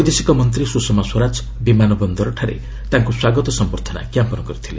ବୈଦେଶିକ ମନ୍ତ୍ରୀ ସୁଷମା ସ୍ୱରାଜ ବିମାନ ବନ୍ଦରଠାରେ ତାଙ୍କୁ ସ୍ୱାଗତ ସମ୍ଭର୍ଦ୍ଧନା ଜ୍ଞାପନ କରିଥିଲେ